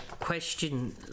question